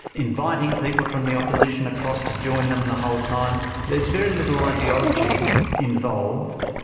inviting people from the opposition across to join them the whole time there's very little ideology involved.